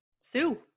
Sue